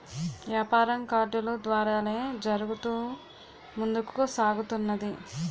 యాపారం కార్డులు ద్వారానే జరుగుతూ ముందుకు సాగుతున్నది